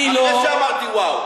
אחרי שאמרתי וואו.